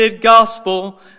gospel